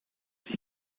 sich